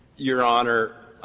your honor,